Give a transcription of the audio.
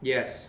Yes